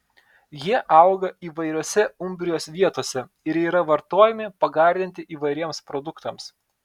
jie auga įvairiose umbrijos vietose ir yra vartojami pagardinti įvairiems produktams